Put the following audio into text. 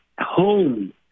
home